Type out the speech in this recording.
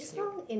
you